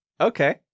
Okay